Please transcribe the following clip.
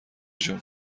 جون